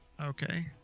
Okay